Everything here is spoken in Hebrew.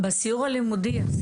בסיור הלימודי,